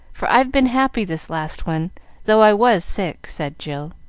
for i've been happy this last one though i was sick, said jill,